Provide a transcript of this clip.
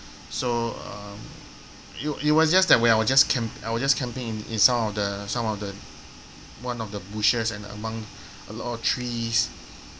so uh it was it was just that we are camp~ I was just camping in in some of the some of the one of the bushes and among a lot of trees